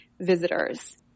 visitors